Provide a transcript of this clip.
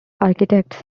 architects